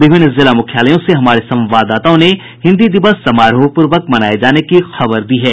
विभिन्न जिला मुख्यालयों से हमारे संवाददाताओं ने हिन्दी दिवस समारोह पूर्वक मनाये जाने की खबर दी है